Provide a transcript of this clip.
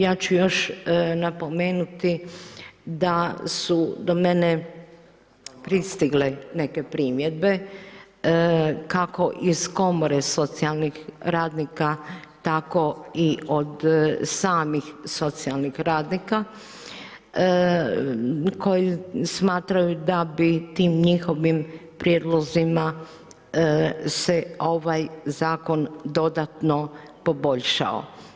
Ja ću još napomenuti, da su do mene pristigle neke primjedbe, kako iz komore socijalnih radnika, tako i od samih socijalnih radnika koji smatraju da bi tim njihovim prijedlozima se ovaj zakon dodatno poboljšao.